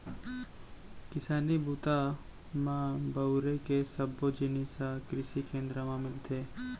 किसानी बूता म बउरे के सब्बो जिनिस ह कृसि केंद्र म मिलथे